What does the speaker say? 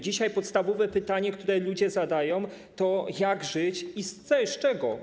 Dzisiaj podstawowe pytanie, które ludzie zadają, to: Jak żyć i z czego?